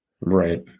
Right